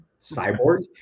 cyborg